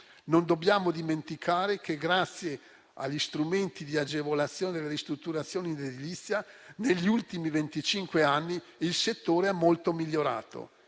Non dobbiamo dimenticare che, grazie agli strumenti di agevolazione delle ristrutturazioni edilizie, negli ultimi venticinque anni, il settore è molto migliorato.